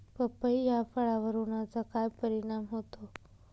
पपई या फळावर उन्हाचा काय परिणाम होतो?